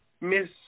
miss